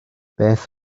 beth